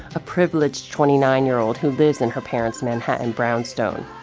a privileged twenty nine year old who lives in her parents' manhattan brownstone.